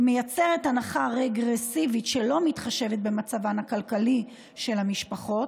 היא מייצרת הנחה רגרסיבית שלא מתחשבת במצבן הכלכלי של המשפחות